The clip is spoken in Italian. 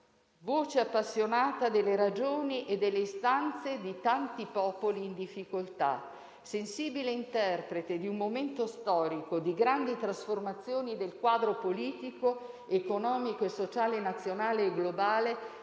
Voce appassionata delle ragioni e delle istanze di tanti popoli in difficoltà, sensibile interprete di un momento storico di grandi trasformazioni del quadro politico, economico e sociale, nazionale e globale,